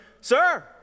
Sir